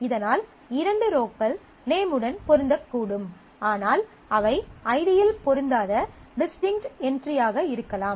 இதனால் இரண்டு ரோக்கள் நேமுடன் பொருந்தக்கூடும் ஆனால் அவை ஐடியில் பொருந்தாத டிஸ்டிங்க்ட் என்ட்ரியாக இருக்கலாம்